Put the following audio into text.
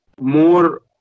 more